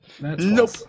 Nope